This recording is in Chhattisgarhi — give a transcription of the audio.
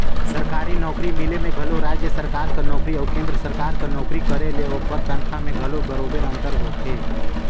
सरकारी नउकरी मिले में घलो राएज सरकार कर नोकरी अउ केन्द्र सरकार कर नोकरी करे ले ओकर तनखा में घलो बरोबेर अंतर होथे